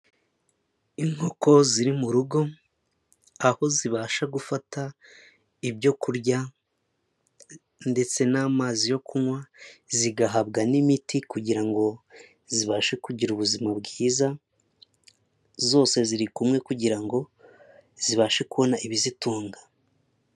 Inkoko ziri mu rugo, aho zibasha gufata ibyokurya ndetse n'amazi yo kunywa, zigahabwa n'imiti kugira ngo zibashe kugira ubuzima bwiza, zose zirikumwe kugira ngo zibashe kubona ibizitunga.